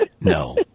No